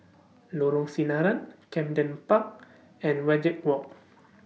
Lorong Sinaran Camden Park and Wajek Walk